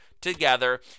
together